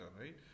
right